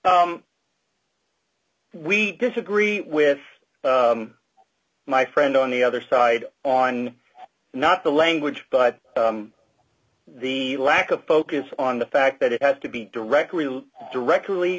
t we disagree with my friend on the other side on not the language but the lack of focus on the fact that it had to be directly directly